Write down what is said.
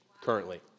currently